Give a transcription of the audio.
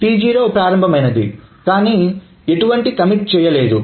T0 ప్రారంభమైంది కానీ ఎటువంటి కమిట్ చెయ్యలేదు